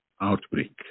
outbreak